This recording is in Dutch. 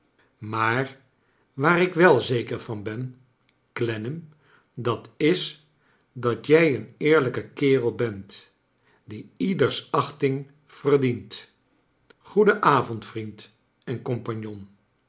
maar waar ik wel zeker van ben clennam dat is dat jij een eerlijke kerei bent die ieders aohting verdient goeden avond vriend en compagnon